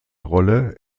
rolle